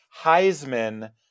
Heisman